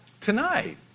tonight